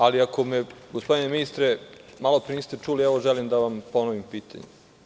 Ako me, gospodine ministre, malopre niste čuli, želim da vam ponovim pitanje.